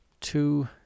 two